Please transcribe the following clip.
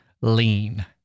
lean